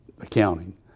accounting